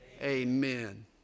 Amen